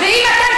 זה שקר.